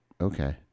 okay